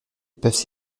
peuvent